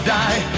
die